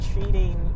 treating